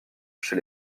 chez